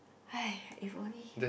if only